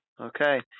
Okay